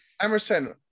Emerson